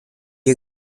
are